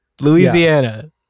Louisiana